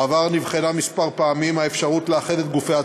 בעבר נבחנה כמה פעמים האפשרות לאחד את גופי התביעה,